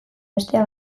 bestea